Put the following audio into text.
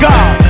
God